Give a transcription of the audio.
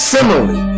Similarly